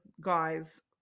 guys